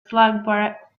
slack